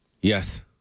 Yes